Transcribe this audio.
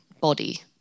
body